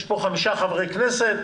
יש פה חמישה חברי כנסת,